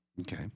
Okay